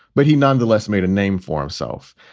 but he nonetheless made a name for himself.